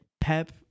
Pep